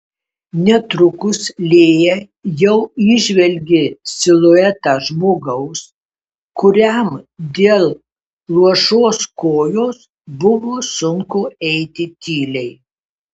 netrukus lėja jau įžvelgė siluetą žmogaus kuriam dėl luošos kojos buvo sunku eiti tyliai